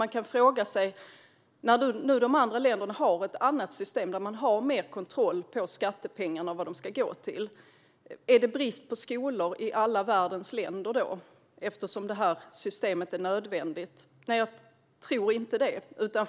Man kan fråga sig: När nu de andra länderna har ett annat system med mer kontroll över vart skattepengarna ska gå - är det då brist på skolor i alla världens länder, eftersom det här systemet är nödvändigt? Jag tror inte det.